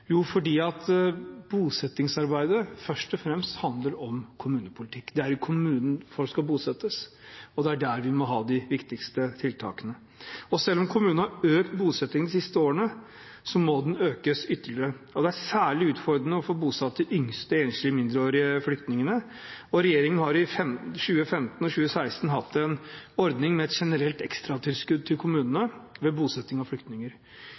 bosettingsarbeidet først og fremst handler om kommunepolitikk. Det er i kommunene folk skal bosettes, og det er der vi må ha de viktigste tiltakene. Og selv om kommunene har økt bosettingen de siste årene, må den økes ytterligere. Det er særlig utfordrende å få bosatt de yngste enslige mindreårige flyktningene. Regjeringen har i 2015 og 2016 hatt en ordning med et generelt ekstratilskudd til kommunene ved bosetting av flyktninger.